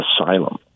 asylum